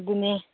ꯑꯗꯨꯅꯤ